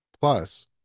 Plus